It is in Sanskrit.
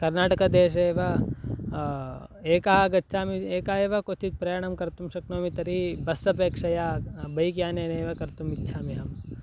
कर्नाटकदेशे एव एकः गच्छामि एकः एव क्वचित् प्रयाणं कर्तुं शक्नोमि तर्हि बस् अपेक्षया बैक्यानेनैव कर्तुम् इच्छाम्यहं